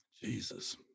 Jesus